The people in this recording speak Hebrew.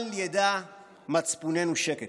אל ידע מצפוננו שקט".